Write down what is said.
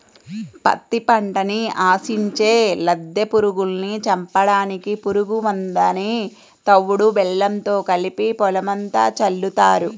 పత్తి పంటని ఆశించే లద్దె పురుగుల్ని చంపడానికి పురుగు మందుని తవుడు బెల్లంతో కలిపి పొలమంతా చల్లుతారు